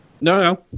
No